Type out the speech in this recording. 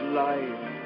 life